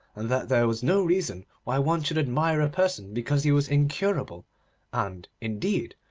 and that there was no reason why one should admire a person because he was incurable and, indeed,